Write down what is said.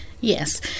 Yes